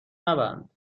نبند